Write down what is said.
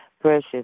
precious